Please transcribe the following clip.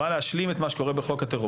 בא להשלים את מה שקורה בחוק הטרור.